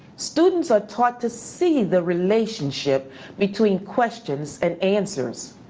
students are taught to see the relationship between questions and answers.